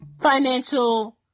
financial